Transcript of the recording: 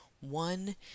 one